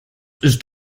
ist